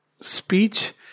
speech